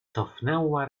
cofnęła